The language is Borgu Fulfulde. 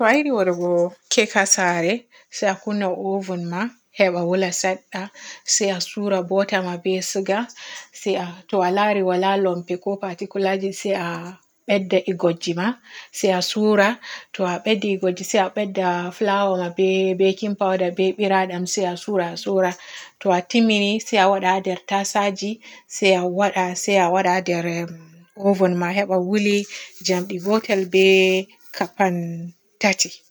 To a yiɗi waadugo kek haa saare se a kunna oben ma heba woola sedda se a suura buta ma be suga se to a laari waala lompe ko patikulaji se a bedda igojji ma se a suura. To a beddi igojji se a bedda fulawa ma be bakin pawda be biradam se a suura a suura. To a timmini se a waada haa nder tasaji se a waada se a waada emm emm haa nder oben heba wooli jamdi gotel be kapann tati.